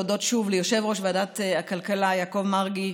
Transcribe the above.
אני רוצה להודות שוב ליושב-ראש ועדת הכלכלה יעקב מרגי,